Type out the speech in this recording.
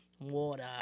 Water